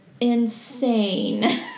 insane